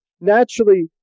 naturally